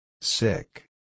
Sick